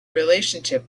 relationship